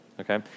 okay